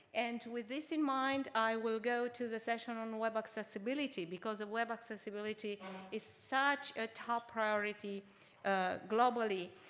and with this in mind, i will go to the session on web accessibility, because web accessibility is such a top priority ah globally.